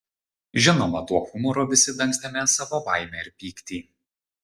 žinoma tuo humoru visi dangstėme savo baimę ir pyktį